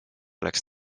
läks